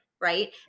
Right